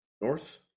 North